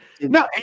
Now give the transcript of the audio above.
no